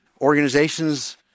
organization's